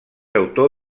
autor